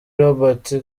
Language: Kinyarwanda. robert